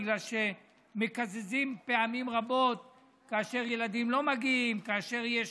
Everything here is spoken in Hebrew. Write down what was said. בגלל שפעמים רבות מקזזים כאשר ילדים לא מגיעים וכאשר יש